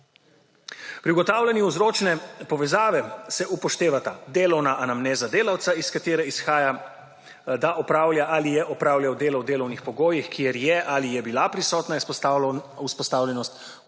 Pri ugotavljanju vzročne povezave se upoštevata delovna anamneza delavca, iz katere izhaja, da opravlja ali je opravljal delo v delovnih pogojih, kjer je ali je bila prisotna izpostavljenost vzročnemu